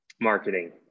Marketing